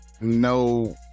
no